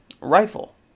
Rifle